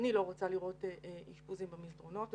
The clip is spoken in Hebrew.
אני לא רוצה לראות אשפוזים במסדרונות.